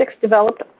developed